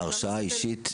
ההרשאה היא אישית.